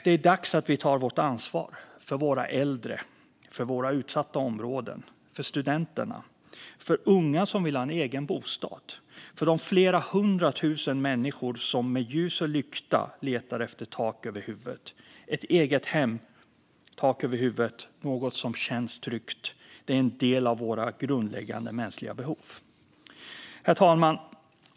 Det är dags att vi tar vårt ansvar för våra äldre, för våra utsatta områden, för studenterna, för unga som vill ha en egen bostad - för de flera hundratusen människor som med ljus och lykta letar efter tak över huvudet. Ett eget hem - tak över huvudet och något som känns tryggt - är en del av våra grundläggande mänskliga behov. Herr talman!